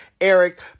Eric